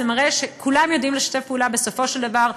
זה מראה שכולם יודעים לשתף פעולה בסופו של דבר,